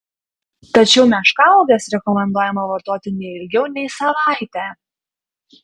tačiau meškauoges rekomenduojama vartoti ne ilgiau nei savaitę